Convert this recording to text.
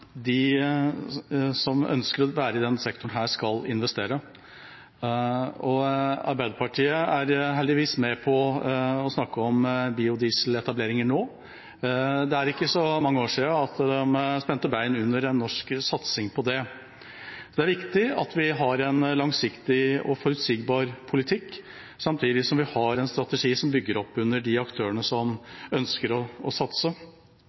de som ønsker å være i denne sektoren, skal investere. Arbeiderpartiet er heldigvis med på å snakke om biodieseletableringer nå. Det er ikke så mange år siden de spente bein under en norsk satsing på det. Det er viktig at vi har en langsiktig og forutsigbar politikk, samtidig som vi har en strategi som bygger opp under de aktørene som ønsker å satse.